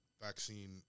Vaccine